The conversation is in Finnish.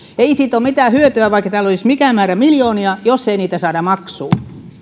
ei siitä ole mitään hyötyä vaikka täällä olisi mikä määrä miljoonia jos ei niitä saada maksuun